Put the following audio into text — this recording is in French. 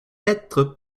être